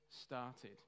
started